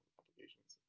applications